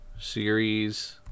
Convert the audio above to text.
series